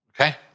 Okay